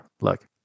look